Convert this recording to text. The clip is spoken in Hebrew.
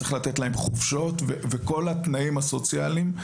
צריך לתת להן חופשות וכל התנאים הסוציאליים,